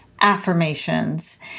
affirmations